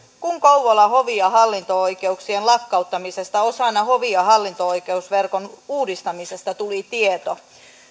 kun kouvolan hovi ja hallinto oikeuksien lakkauttamisesta osana hovi ja hallinto oikeusverkon uudistamista tuli tieto